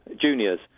juniors